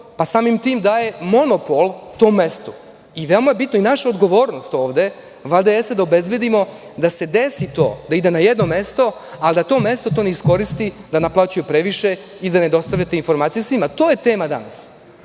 pa samim tim daje monopol tom mestu. Veoma je bitno i naša je odgovornost ovde da obezbedimo da se desi to da ide na jedno mesto, a da to mesto to ne iskoristi, da naplaćuje previše i da ne dostave te informacije svima. To je tema danas. Jedino